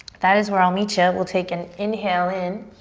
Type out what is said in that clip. that is where i'll meet ya. we'll take an inhale in